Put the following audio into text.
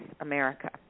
America